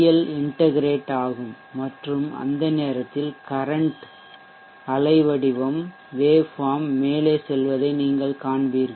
L integrate ஆகும் மற்றும் அந்த நேரத்தில் கரன்ட் அலைவடிவம் மேலே செல்வதை நீங்கள் காண்பீர்கள்